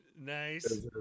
Nice